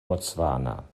botswana